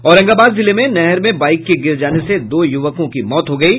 औरंगाबाद जिले में नहर में बाईक के गिर जाने से दो युवकों की मौत हो गयी